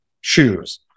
shoes